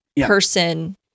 person